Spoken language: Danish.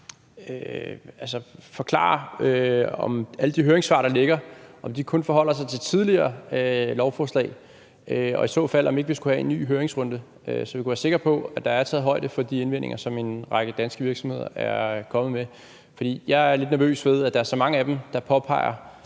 forklare, om alle de høringssvar, der ligger, kun forholder sig til tidligere lovforslag, og i så fald om vi ikke skal have en ny høringsrunde, så vi kan være sikre på, at der er taget højde for de indvendinger, som en række danske virksomheder er kommet med. For jeg er lidt nervøs ved, at der er så mange af dem, der påpeger